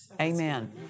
Amen